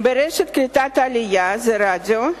ב"רשת קליטת עלייה" זה ערוץ רדיו,